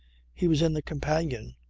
he was in the companion.